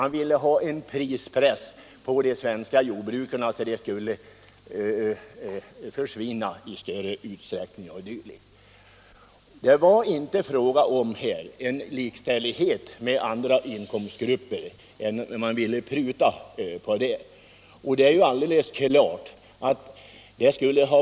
Ni ville ha en prispress på de svenska jordbrukarna så att de skulle försvinna i större utsträckning. Det var inte fråga om likställighet med andra inkomstgrupper, utan det ville man pruta på.